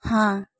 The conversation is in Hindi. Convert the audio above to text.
हाँ